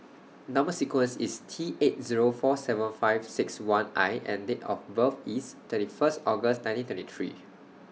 Number sequence IS T eight Zero four seven five six one I and Date of birth IS thirty First August nineteen twenty three